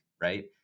right